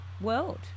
world